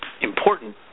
important